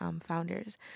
founders